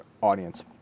audience